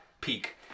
peak